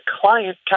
client